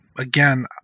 Again